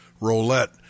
roulette